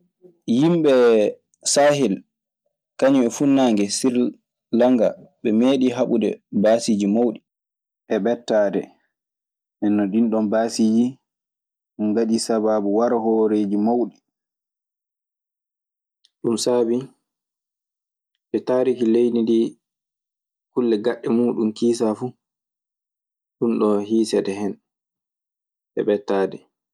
Yimɓe sayel kaŋum e funnage sirlanga ɓe meɗi habuɗe basiji mawɗi, e ɓettaade. Nden non ɗiin ɗoon baasiiji ngaaɗii sabaabu waro hooreeji mawɗi. Ɗun saabii nde taariki leydi ndii kulle gaɗɗe muuɗun kiisaa fu, ɗunɗoo hiisete hen e ɓettaade.